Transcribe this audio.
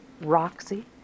Roxy